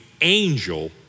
angel